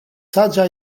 saĝa